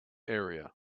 area